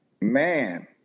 Man